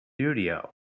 studio